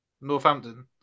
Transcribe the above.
Northampton